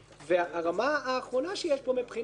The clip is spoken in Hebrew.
הרמה האחרונה שיש פה מבחינה זו,